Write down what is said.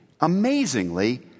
amazingly